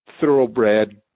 thoroughbred